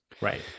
Right